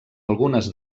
algunes